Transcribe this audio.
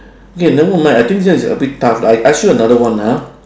K never mind I think this one is a bit tough lah I ask you another one ah